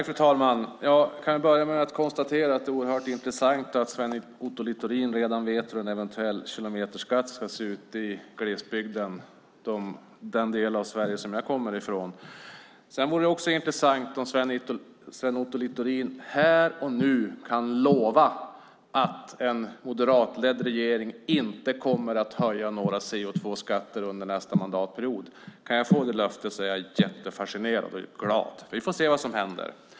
Fru talman! Jag kan börja med att konstatera att det är oerhört intressant att Sven Otto Littorin redan vet hur en eventuell kilometerskatt ska se ut i glesbygden; den del av Sverige jag kommer från. Det vore också intressant om Sven Otto Littorin här och nu kan lova att en moderatledd regering inte kommer att höja några CO2-skatter under nästa mandatperiod. Om jag kan få det löftet blir jag fascinerad och glad. Vi får se vad som händer.